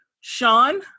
Sean